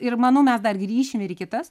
ir manau mes dar grįšim ir į kitas